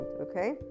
Okay